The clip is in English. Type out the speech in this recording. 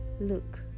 look